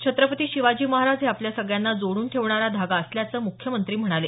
छत्रपती शिवाजी महाराज हे आपल्या सगळ्यांना जोडून ठेवणारा धागा असल्याचं मुख्यमंत्री म्हणाले